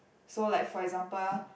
so like for example